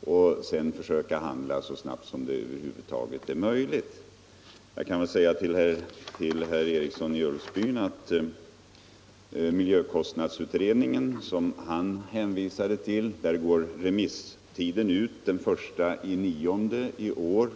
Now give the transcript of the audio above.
Sedan skall vi försöka handla så snabbt som det över huvud taget är möjligt. Till herr Eriksson i Ulfsbyn kan jag säga att remisstiden på miljökostnadsutredningen, som han hänvisar till, går ut den 1 september i år.